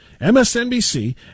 MSNBC